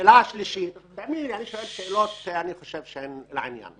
השאלה השלישית אני שואל שאלות שאני חושב שהן לעניין.